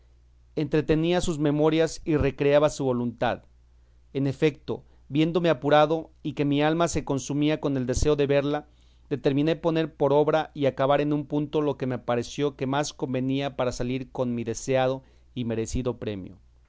entretenía sus memorias y recreaba su voluntad en efeto viéndome apurado y que mi alma se consumía con el deseo de verla determiné poner por obra y acabar en un punto lo que me pareció que más convenía para salir con mi deseado y merecido premio